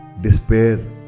despair